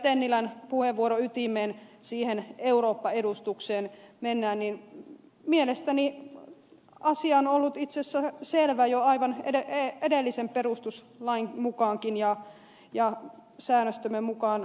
tennilän puheenvuoron ytimeen siihen eurooppa edustukseen mennään niin mielestäni asia on ollut itse asiassa aivan selvä jo edellisen perustuslainkin mukaan ja säännöstömme mukaan